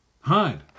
Hide